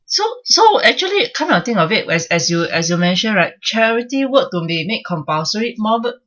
so so actually come to think of it where is as you as you mentioned right charity work to be made compulsory moulded